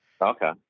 Okay